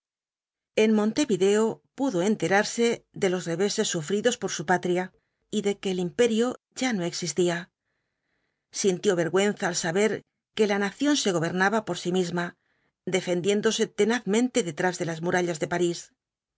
en montevideo pudo enterarse de los reveses sufridos por su patria y de que el imperio ya no existía sintió vergüenza al saber que la nación se gobernaba por sí misma defendiéndose tenazmente detrás de las murallas de parís